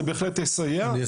זה בהחלט יסייע ליציבות.